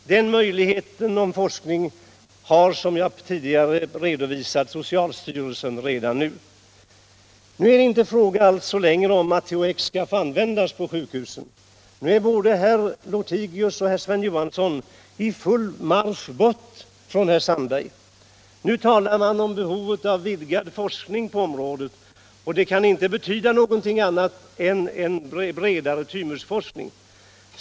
Den möjligheten har, som jag tidigare redovisat, socialstyrelsen redan nu. Det är inte längre en fråga om att THX skall få användas på sjukhusen. Nu är både herr Lothigius och herr Sven Johansson i full marsch bort från herr Sandberg. Nu talar man om behovet av vidgad forskning på området, och det kan inte betyda annat än en bredare tymusforskning.